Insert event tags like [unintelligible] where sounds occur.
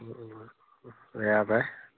[unintelligible] এয়া পায়